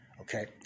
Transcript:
Okay